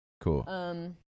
Cool